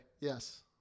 yes